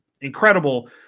incredible